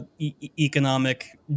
economic